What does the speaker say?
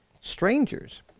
strangers